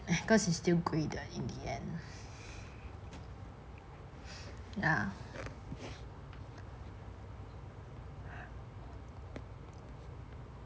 cause it's still graded in the end ya